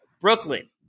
Brooklyn